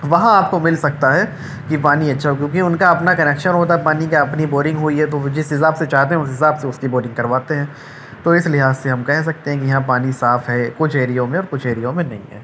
وہاں آپ کو مل سکتا ہے کہ پانی اچھا ہے کیونکہ ان کا اپنا کنیکشن ہوتا پانی کا اپنی بورنگ ہوئی ہے تو وہ جس حساب سے چاہتے ہیں اس حساب سے اس کی بورنگ کرواتے ہیں تو اس لحاظ سے ہم کہہ سکتے ہیں کہ ہاں پانی صاف ہے کچھ ایریوں میں اور کچھ ایریوں میں نہیں ہے